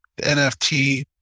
NFT